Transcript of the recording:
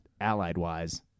allied-wise